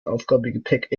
aufgabegepäck